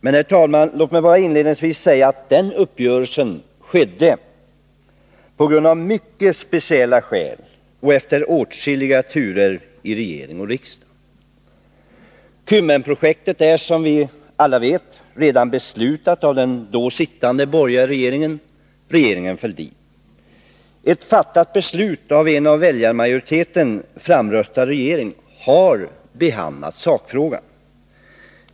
Men låt mig, herr talman, bara inledningsvis säga att den uppgörelsen skedde av mycket speciella skäl och efter åtskilliga turer i regering och riksdag. Kymmenprojektet är, som vi alla vet, redan beslutat 1981 av den då sittande borgerliga regeringen, regeringen Fälldin. Beslutet fattades av en av väljarmajoriteten framröstad regering, som har behandlat sakfrågan.